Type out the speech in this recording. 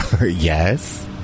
Yes